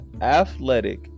athletic